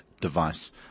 device